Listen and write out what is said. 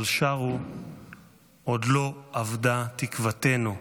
אבל שרו "עוד לא אבדה תקוותנו".